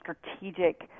strategic